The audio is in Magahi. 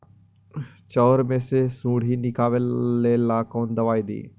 चाउर में से सुंडी निकले ला कौन दवाई दी?